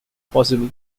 possible